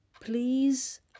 Please